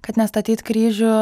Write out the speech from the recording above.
kad nestatyt kryžių